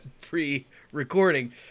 pre-recording